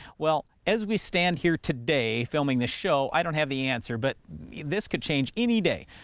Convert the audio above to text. well, as we stand here today filming this show, i don't have the answer, but this could change any day.